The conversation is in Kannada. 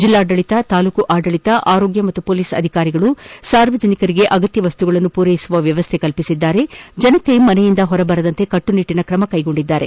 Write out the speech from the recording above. ಜಿಲ್ಲಾ ಆಡಳಿತ ತಾಲೂಕು ಆಡಳಿತ ಆರೋಗ್ಯ ಮತ್ತು ಮೊಲೀಸ್ ಅಧಿಕಾರಿಗಳು ಸಾರ್ವಜನಿಕರಿಗೆ ಅಗತ್ಯ ವಸ್ತುಗಳನ್ನು ಪೂರೈಸುವ ವ್ಯವಸ್ಥೆ ಕಲ್ಲಿಸಿದ್ದು ಜನರು ಮನೆಯಿಂದ ಹೊರ ಬರದಂತೆ ಕಟ್ಟುನಿಟ್ಟಿನ ಕ್ರಮ ಕೈಗೊಂಡಿದ್ದಾರೆ